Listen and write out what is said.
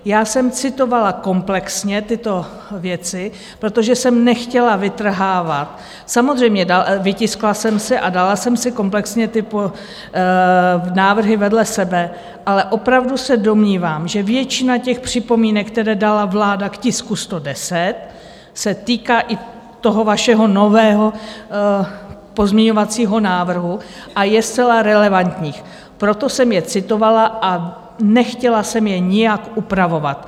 Já jsem citovala komplexně tyto věci, protože jsem nechtěla vytrhávat, samozřejmě vytiskla jsem si a dala jsem si komplexně tyto návrhy vedle sebe, ale opravdu se domnívám, že většina těch připomínek, které dala vláda k tisku 110, se týká i toho vašeho nového pozměňovacího návrhu a je zcela relevantních, proto jsem je citovala a nechtěla jsem je nijak upravovat.